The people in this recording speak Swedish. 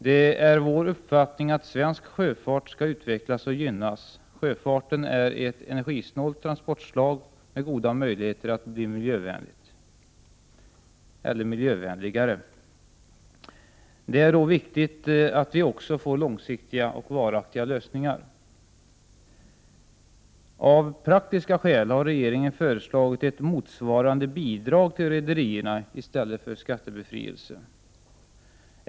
Det är vår uppfattning att svensk sjöfart bör utvecklas och gynnas. Sjöfarten är ett energisnålt transportslag med goda möjligheter att bli miljövänligare. Det är då viktigt att vi också får långsiktiga och varaktiga lösningar. Av praktiska skäl har regeringen föreslagit ett motsvarande bidrag för rederierna i stället för skattebefrielse.